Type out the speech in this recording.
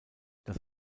das